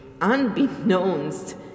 unbeknownst